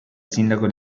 sindaco